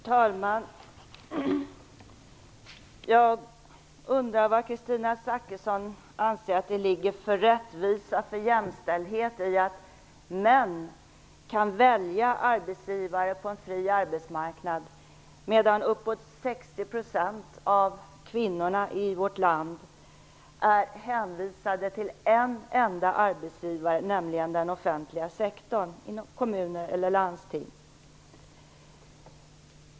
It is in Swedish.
Herr talman! Jag undrar vilken rättvisa och jämställdhet Kristina Zakrisson anser ligga i att män kan välja arbetsgivare på en fri arbetsmarknad, medan uppemot 60 % av kvinnorna i vårt land är hänvisade till en enda arbetsgivare, nämligen till den offentliga sektorn - till kommuner eller landsting.